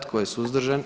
Tko je suzdržan?